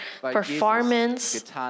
performance